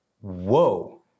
Whoa